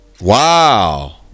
Wow